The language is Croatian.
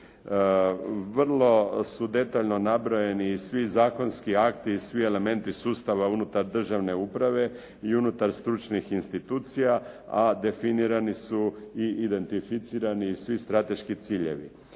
Vrlo su detaljno nabrojeni i svi zakonski akti i svi elementi sustava unutar državne uprave i unutar stručnih institucija, a definirani su i identificirani svi strateški ciljevi.